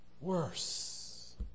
worse